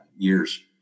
Years